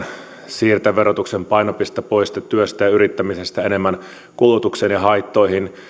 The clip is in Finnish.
siirtää verotuksen painopistettä pois työstä ja yrittämisestä enemmän kulutukseen ja haittoihin